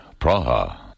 Praha